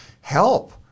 help